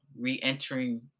re-entering